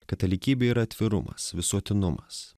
katalikybė yra atvirumas visuotinumas